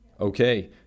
Okay